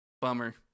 Bummer